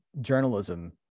journalism